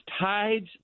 tides